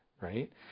right